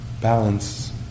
balance